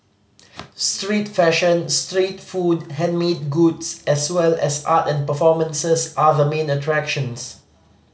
street fashion street food handmade goods as well as art and performances are the main attractions